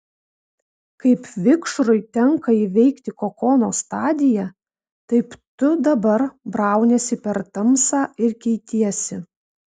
kaip vikšrui tenka įveikti kokono stadiją taip tu dabar brauniesi per tamsą ir keitiesi